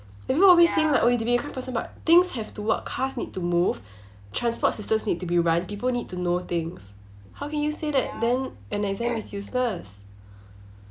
everyone's always saying like oh you need to be a kind person but things have to work cars need to move transport systems need to be runned people need to know things how can you say that then an exam is useless